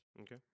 Okay